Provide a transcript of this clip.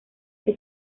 que